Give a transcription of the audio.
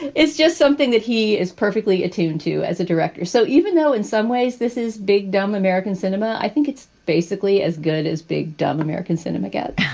and it's just something that he is perfectly attuned to as a director so even though in some ways this is big, dumb american cinema. i think it's basically as good as big dumb american cinema